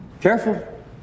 careful